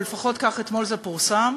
או לפחות כך אתמול זה פורסם,